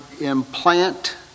implant